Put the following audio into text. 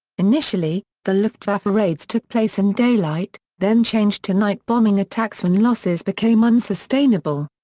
initially, the luftwaffe raids took place in daylight, then changed to night bombing attacks when losses became unsustainable.